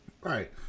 Right